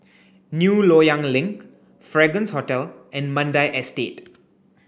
New Loyang Link Fragrance Hotel and Mandai Estate